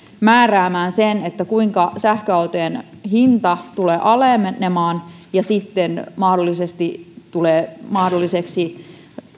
määräämään sen kuinka sähköautojen hinta tulee alenemaan ja ne sitten mahdollisesti tulevat mahdolliseksi